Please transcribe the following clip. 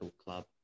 club